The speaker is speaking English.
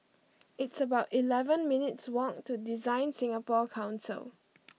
it's about eleven minutes' walk to DesignSingapore Council